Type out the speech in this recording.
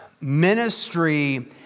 ministry